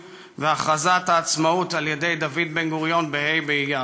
והכרזת העצמאות על ידי דוד בן-גוריון בה' באייר.